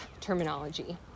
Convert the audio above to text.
terminology